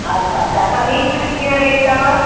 अछा अछा ख़मीस कीअं रेट अथव